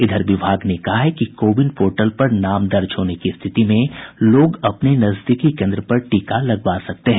इधर विभाग ने कहा है कि कोविन पोर्टल पर नाम दर्ज होने की स्थिति में लोग अपने नजदीकी केन्द्र पर टीका लगवा सकते हैं